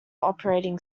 operating